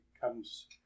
comes